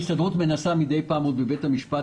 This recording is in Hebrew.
ההסתדרות מנסה עוד מידי פעם בבית המשפט